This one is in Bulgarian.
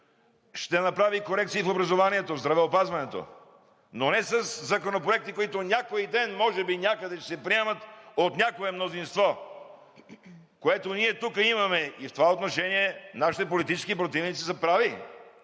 ще направи корекции в образованието, в здравеопазването! Но не със законопроекти, които някой ден може би някъде ще се приемат от някое мнозинство, което ние тук имаме. В това отношение нашите политически противници са прави.